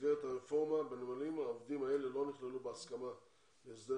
במסגרת הרפורמה בנמלים העובדים האלה לא נכללו בהסכמה להסדר